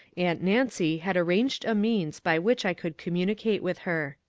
aunt nancy had arranged a means by which i could commu nicate with her.